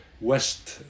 west